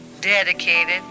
dedicated